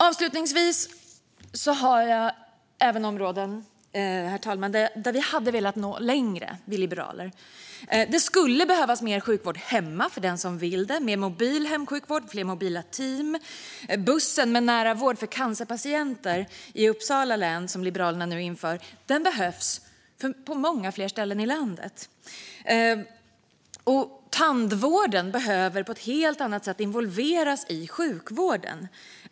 Avslutningsvis finns områden där vi liberaler hade valet att nå längre. Det skulle behövas mer sjukvård hemma för den som vill ha det, med exempelvis mobil hemsjukvård och fler mobila team. Bussen med nära vård för cancerpatienter i Uppsala län, som Liberalerna nu inför, behövs på många fler ställen i landet. Tandvården behöver på ett helt annat sätt involveras i sjukvården.